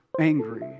angry